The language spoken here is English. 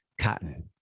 cotton